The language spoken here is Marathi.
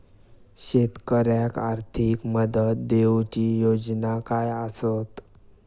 शेतकऱ्याक आर्थिक मदत देऊची योजना काय आसत?